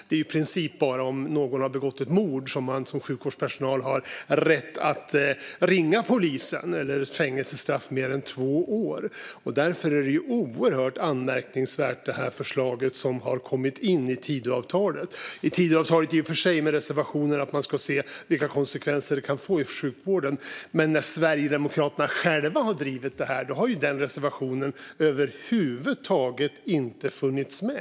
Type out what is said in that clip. Det är i princip bara om någon har begått ett mord eller ett brott som har ett fängelsestraff på mer än två år som man som sjukvårdspersonal har rätt att ringa polisen. Därför är det förslag som har kommit in i Tidöavtalet oerhört anmärkningsvärt. Det är i och för sig med reservationen att man ska se vilka konsekvenser det kan få i sjukvården. Men när Sverigedemokraterna själva har drivit det har den reservationen över huvud taget inte funnits med.